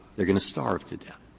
they're going to starve to death.